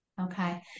Okay